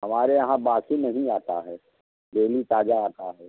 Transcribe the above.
हमारे यहाँ बासी नहीं आता है डेली ताज़ा आता है